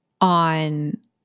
on